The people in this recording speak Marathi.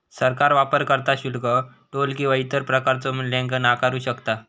सरकार वापरकर्ता शुल्क, टोल किंवा इतर प्रकारचो मूल्यांकन आकारू शकता